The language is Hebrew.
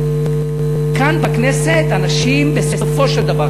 כאן בכנסת אנשים בסופו של דבר,